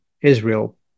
Israel